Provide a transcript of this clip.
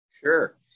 Sure